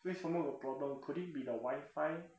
为什么有 problem could it be the wi-fi